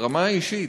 ברמה האישית,